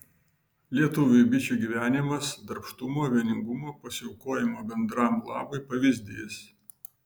lietuviui bičių gyvenimas darbštumo vieningumo pasiaukojimo bendram labui pavyzdys